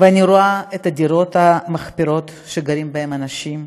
ואני רואה את הדירות המחפירות שגרים בהן אנשים,